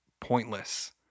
pointless